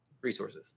resources